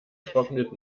trocknet